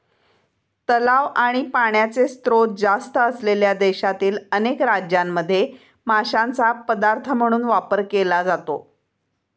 तलाव आणि पाण्याचे स्त्रोत जास्त असलेल्या देशातील अनेक राज्यांमध्ये माशांचा पदार्थ म्हणून वापर केला जातो